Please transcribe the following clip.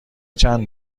چند